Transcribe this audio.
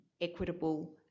equitable